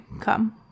come